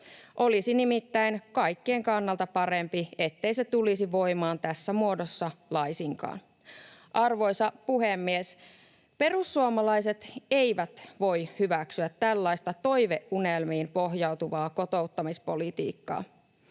Olisi nimittäin kaikkien kannalta parempi, ettei se tulisi voimaan tässä muodossa laisinkaan. Arvoisa puhemies! Perussuomalaiset eivät voi hyväksyä tällaista toiveunelmiin pohjautuvaa kotouttamispolitiikkaa.